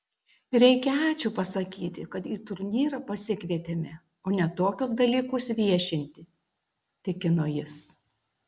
reikia ačiū pasakyti kad į turnyrą pasikvietėme o ne tokius dalykus viešinti tikino jis